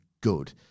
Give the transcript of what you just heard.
good